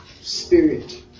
spirit